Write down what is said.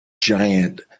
giant